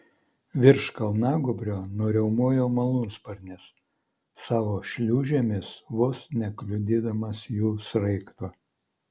virš kalnagūbrio nuriaumojo malūnsparnis savo šliūžėmis vos nekliudydamas jų sraigto